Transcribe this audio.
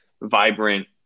vibrant